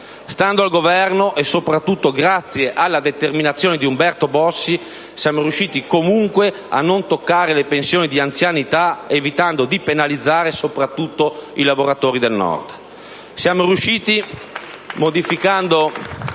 Stando al Governo e soprattutto grazie alla determinazione di Umberto Bossi, siamo riusciti comunque a non toccare le pensioni di anzianità, evitando di penalizzare soprattutto i lavoratori del Nord.